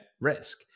risk